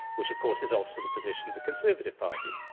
which, of course, is also the position of the conservative party.